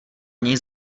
něj